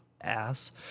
Ass